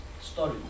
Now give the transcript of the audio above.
story